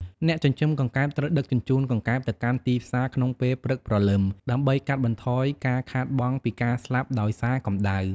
អ្នកចិញ្ចឹមកង្កែបត្រូវដឹកជញ្ជូនកង្កែបទៅកាន់ទីផ្សារក្នុងពេលព្រឹកព្រលឹម ដើម្បីកាត់បន្ថយការខាតបង់ពីការស្លាប់ដោយសារកម្ដៅ។